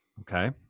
Okay